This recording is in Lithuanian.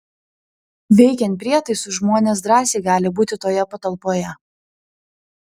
veikiant prietaisui žmonės drąsiai gali būti toje patalpoje